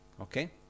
Okay